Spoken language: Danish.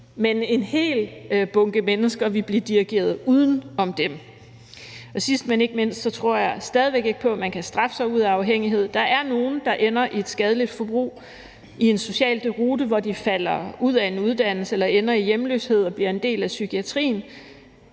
men en hel bunke mennesker ville blive dirigeret uden om dem. Sidst, men ikke mindst, tror jeg stadig ikke på, at man kan straffe sig ud af afhængighed. Der er nogle, der ender i et skadeligt forbrug og i en social deroute, hvor de falder ud af en uddannelse eller ender i hjemløshed eller bliver en del af psykiatrien.